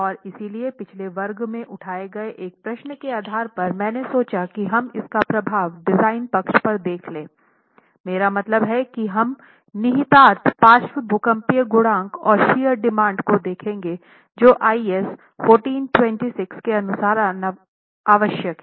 और इसलिए पिछले वर्ग में उठाए गए एक प्रश्न के आधार पर मैंने सोचा कि हम इसका प्रभाव डिजाइन पक्ष पर देख लें मेरा मतलब है की हम निहितार्थ पार्श्व भूकंपीय गुणांक और शियर डिमांड को देखेंगे जो आईएस 4326 के अनुसार आवश्यक है